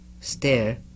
stare